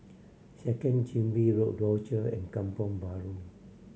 Second Chin Bee Road Rochor and Kampong Bahru